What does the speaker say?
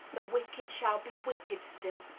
the wicked shall be wicked still.